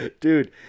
Dude